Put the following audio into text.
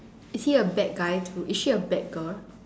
is he a bad guy too is she a bad girl